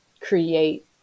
create